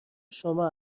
شما